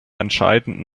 entscheidenden